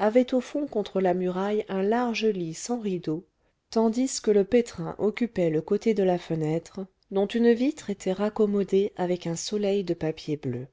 avait au fond contre la muraille un large lit sans rideaux tandis que le pétrin occupait le côté de la fenêtre dont une vitre était raccommodée avec un soleil de papier bleu